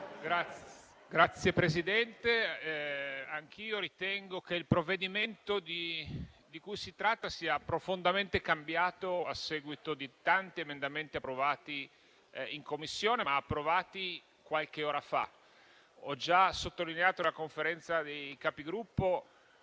Signor Presidente, anch'io ritengo che il provvedimento proroga termini sia profondamente cambiato a seguito dei tanti emendamenti approvati in Commissione qualche ora fa. Ho già sottolineato nella Conferenza dei Capigruppo